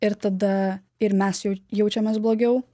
ir tada ir mes jau jaučiamės blogiau